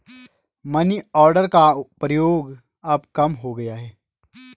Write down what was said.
money order का प्रयोग अब कम हो गया है